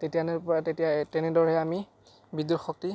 তেতিয়াৰ পৰা তেতিয়া তেনেদৰে আমি বিদ্যুৎ শক্তি